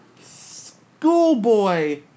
Schoolboy